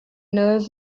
knows